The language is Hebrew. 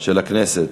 של הכנסת.